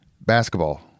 basketball